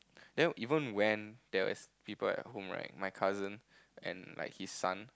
then even when there is people at home right my cousin and like his son